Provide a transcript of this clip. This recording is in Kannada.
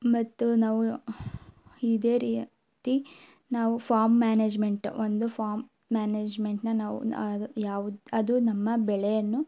ಮತ್ತು ನಾವು ಇದೇ ರೀತಿ ನಾವು ಫಾಮ್ ಮ್ಯಾನೇಜ್ಮೆಂಟ್ ಒಂದು ಫಾಮ್ ಮ್ಯಾನೇಜ್ಮೆಂಟನ್ನ ನಾವು ಅದು ಯಾವ್ದು ಅದು ನಮ್ಮ ಬೆಳೆಯನ್ನು